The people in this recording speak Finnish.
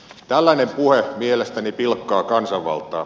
tällainen puhe mielestäni pilkkaa kansanvaltaa